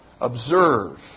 Observe